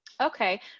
Okay